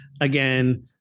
again